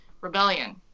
Rebellion